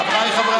חבריי חברי